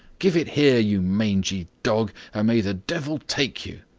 give it here, you mangy dog, and may the devil take you.